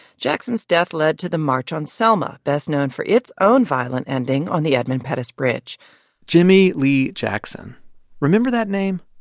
jackson's death led to the march on selma, best known for its own violent ending on the edmund pettus bridge jimmie lee jackson remember that name?